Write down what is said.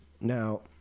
Now